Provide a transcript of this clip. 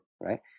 right